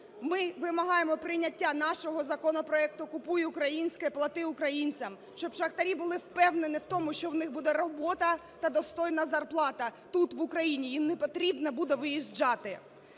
Ми вимагаємо прийняття нашого законопроекту "Купуй українське, плати українцям", щоб шахтарі були впевнені в тому, що у них буде робота та достойна зарплата тут, в Україні, їм не потрібно буде виїжджати.